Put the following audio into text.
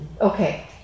Okay